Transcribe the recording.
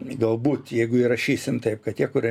galbūt jeigu įrašysim taip kad tie kurie